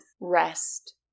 rest